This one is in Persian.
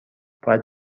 باید